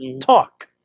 talk